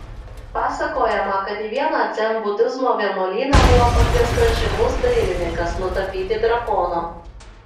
pasakojama kad į vieną dzenbudizmo vienuolyną buvo pakviestas žymus dailininkas nutapyti drakono